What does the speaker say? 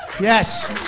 yes